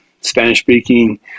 Spanish-speaking